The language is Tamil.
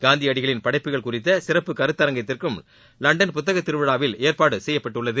காந்தியடிகளின் படைப்புகள் குறித்த சிறப்பு கருத்தரங்கிற்கும் லண்டன் புத்தகத் திருவிழாவில் ஏற்பாடு செய்யப்பட்டுள்ளது